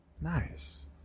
Nice